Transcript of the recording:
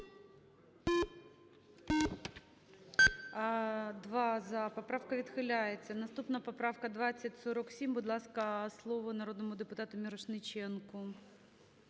За-2 Поправка відхиляється. Наступна поправка 2047. Будь ласка, слово народному депутату Мірошниченку.